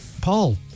Paul